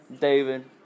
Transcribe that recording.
David